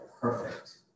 perfect